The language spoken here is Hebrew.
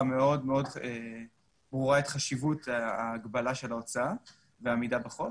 מאוד מאוד ברורה את חשיבות ההגבלה של ההוצאה ועמידה בחוק.